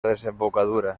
desembocadura